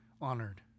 honored